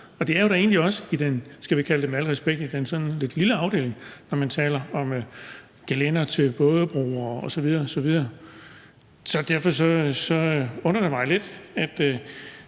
Og det er jo da egentlig også i den – med al respekt – lidt lille afdeling, når man taler om gelændere til bådebroer osv. osv., så derfor undrer det mig da lidt, at